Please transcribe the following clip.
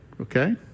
okay